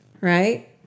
Right